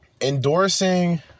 endorsing